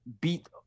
beat